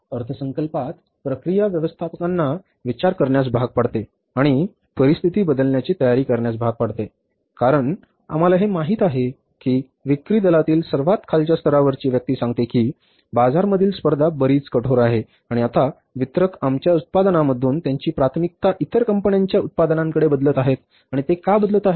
अर्थसंकल्पात प्रक्रिया व्यवस्थापकांना विचार करण्यास भाग पाडते आणि परिस्थिती बदलण्याची तयारी करण्यास भाग पाडते कारण आम्हाला हे माहित आहे की विक्री दलातील सर्वात खालच्या स्तरावरची व्यक्ती सांगते की बाजारामधील स्पर्धा बरीच कठोर आहे आणि आता वितरक आमच्या उत्पादनांमधून त्यांची प्राथमिकता इतर कंपन्यांच्या उत्पादनांकडे बदलत आहेत आणि ते का बदलत आहेत